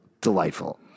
Delightful